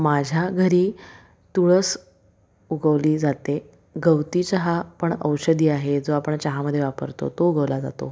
माझ्या घरी तुळस उगवली जाते गवती चहा पण औषधी आहे जो आपण चहामध्ये वापरतो तो उगवला जातो